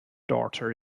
daughter